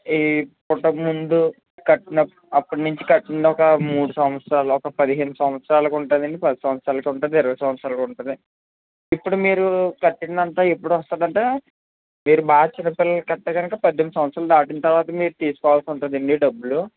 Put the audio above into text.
ఇది పుట్టకముందు కడుపులో అప్పట్నుంచి కట్టిన ఒక మూడు సంవత్సరాలు లోపు పదిహేను సంవత్సరాలుకు ఉంటుందండి పది సంవత్సరాలుకి ఉంటుంది ఇరవై సంవత్సరాలుకి ఉంటుంది ఇప్పుడు మీరు కట్టిందంతా ఎప్పుడు వస్తదంటే మీరు మార్చ్ ముప్పై కడితే కనుక పద్దెనిమిది సంవత్సరాలుకి దాటిన తర్వాత మీరు తీసుకోవాల్సి ఉంటుందండి డబ్బులు